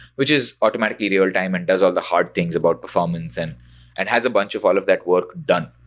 which is automatically real-time and does all the hard things about performance and and has a bunch of all of that work done,